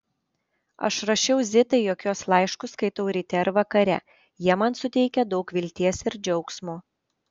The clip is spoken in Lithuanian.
aš rašiau zitai jog jos laiškus skaitau ryte ir vakare jie man suteikia daug vilties ir džiaugsmo